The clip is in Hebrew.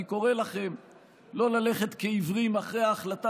אני קורא לכם לא ללכת כעיוורים אחרי ההחלטה